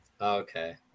Okay